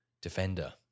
defender